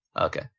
Okay